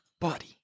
buddy